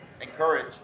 encourage